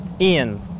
Ian